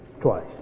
twice